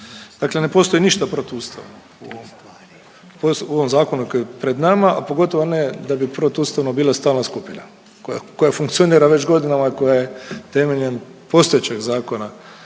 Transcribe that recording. Dakle, ne postoji ništa protu ustavnom u ovom zakonu koji je pred nama, a pogotovo ne da bi protu ustavno bile stalna skupina koja funkcionira već godinama i koja je temeljem postojećeg zakona